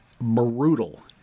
brutal